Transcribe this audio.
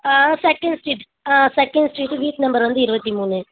ஆ second street ஆ second street வீட்டு number வந்து இருபத்தி மூணு